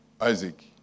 Isaac